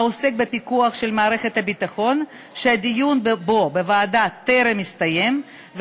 העוסק בפיקוח של מערכת הביטחון והדיון בו בוועדה טרם הסתיים,